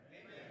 Amen